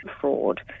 fraud